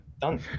done